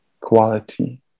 quality